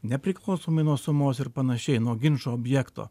nepriklausomai nuo sumos ir panašiai nuo ginčo objekto